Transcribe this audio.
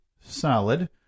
Solid